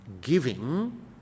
giving